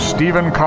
Stephen